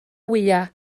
wyau